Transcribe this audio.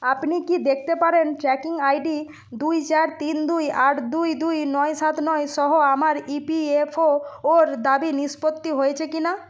আপনি কি দেখতে পারেন ট্র্যাকিং আইডি দুই চার তিন দুই আট দুই দুই নয় সাত নয় সহ আমার ইপিএফও ওর দাবি নিষ্পত্তি হয়েছে কি না